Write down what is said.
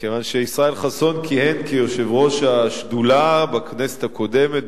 כיוון שישראל חסון כיהן כיושב-ראש השדולה בכנסת הקודמת,